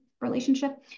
relationship